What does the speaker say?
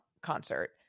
concert